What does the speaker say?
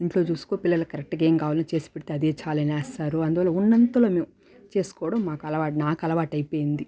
ఇంట్లో చూసుకో పిల్లలకి కరెక్ట్గా ఏం కావాలో చేసిపెడితే అదే చాలు అని అరుస్తారు అందువల్ల ఉన్నంతలో మేం చేసుకోవడం మాకలవాటు నాకలవాటు అయిపోయింది